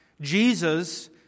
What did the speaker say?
Jesus